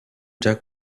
già